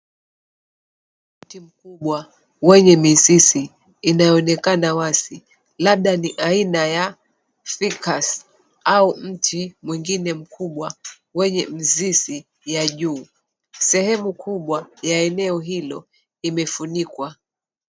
Mti mkubwa wenye mizizi inayoonekana wazi, labda ni aina ya Cyprus au mti mwingine mkubwa wenye ya juu. Sehemu kubwa ya eneo hilo imefunikwa.